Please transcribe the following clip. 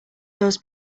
doors